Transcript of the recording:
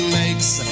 makes